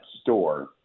store